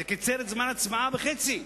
זה קיצר את זמן ההצבעה לחצי.